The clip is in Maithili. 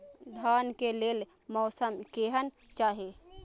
धान के लेल मौसम केहन चाहि?